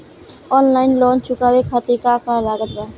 Online loan चुकावे खातिर का का लागत बा?